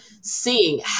seeing